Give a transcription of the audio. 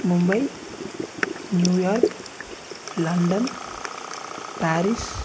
Mumbai New York London Paris